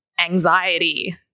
anxiety